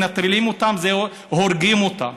"מנטרלים אותם" זה הורגים אותם,